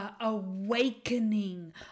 awakening